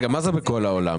מה זה בכל העולם?